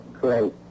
great